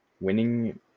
Winning